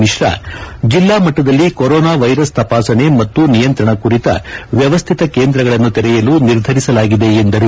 ಮಿಶ್ರಾ ಜಿಲ್ಲಾ ಮಟ್ವದಲ್ಲಿ corona virus ತಪಾಸಣೆ ಮತ್ತು ನಿಯಂತ್ರಣ ಕುರಿತ ವ್ಯವಸ್ಥಿತ ಕೇಂದ್ರಗಳನ್ನು ತೆರೆಯಲು ನಿರ್ಧರಿಸಲಾಗಿದೆ ಎಂದರು